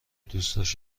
دوستاش